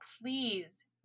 please